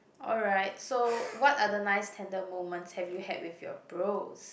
alright so what are the nice tender moments have you had with your bros